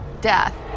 death